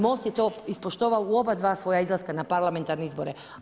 MOST je to ispoštovao u oba dva svoja izlaska na parlamentarne izbore.